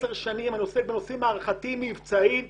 10 שנים אני עוסק בנושאים מערכתיים מבצעיים טכנולוגיים: